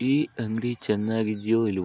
ಈ ಅಂಗಡಿ ಚೆನ್ನಾಗಿದೆಯೋ ಇಲ್ಲವೋ